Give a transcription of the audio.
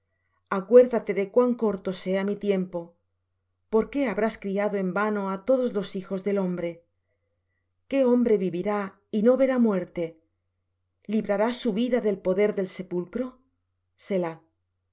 acuérdate de cuán corto sea mi tiempo por qué habrás criado en vano á todos los hijos del hombre qué hombre vivirá y no verá muerte librarás su vida del poder del sepulcro selah señor